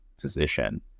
position